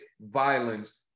violence